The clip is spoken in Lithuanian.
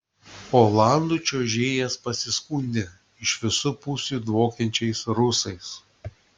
olandų čiuožėjas pasiskundė iš visų pusių dvokiančiais rusais